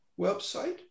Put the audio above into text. website